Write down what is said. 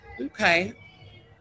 okay